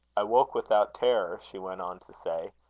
i woke without terror, she went on to say.